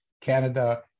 Canada